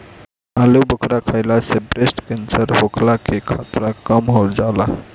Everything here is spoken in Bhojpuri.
आलूबुखारा खइला से ब्रेस्ट केंसर होखला के खतरा कम हो जाला